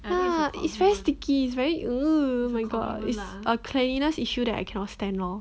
ya it's very sticky it's very ugh it's a cleanliness issue that I cannot stand lor